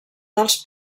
dels